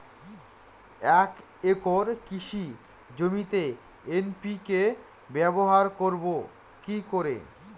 এক একর কৃষি জমিতে এন.পি.কে ব্যবহার করব কি করে?